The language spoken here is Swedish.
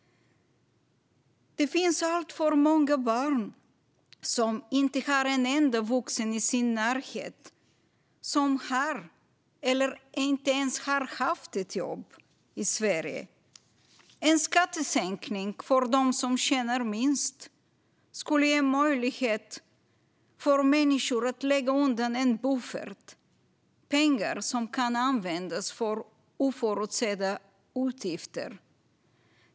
Det finns alltför många barn som inte har en enda vuxen i sin närhet som har eller ens har haft ett jobb i Sverige. En skattesänkning för dem som tjänar minst skulle ge möjlighet för människor att lägga undan en buffert, pengar som kan användas för oförutsedda utgifter.